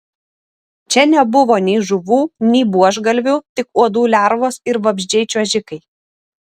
čia nebuvo nei žuvų nei buožgalvių tik uodų lervos ir vabzdžiai čiuožikai